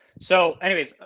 so anyways,